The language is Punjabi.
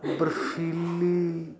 ਬਰਫੀਲੀ